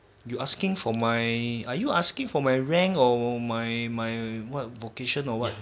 you asking for my are you asking for my rank or my my what vocation or what